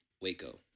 Waco